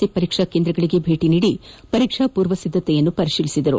C ಪರೀಕ್ಷಾ ಕೇಂದ್ರಗಳಿಗೆ ಭೇಟಿ ನೀಡಿ ಪರೀಕ್ಷಾಪೂರ್ವ ಸಿದ್ದತೆಯನ್ನು ಪರಿಶೀಲಿಸಿದರು